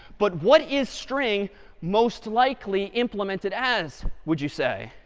but what is string most likely implemented as would you say?